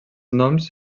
noms